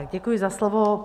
Děkuji za slovo.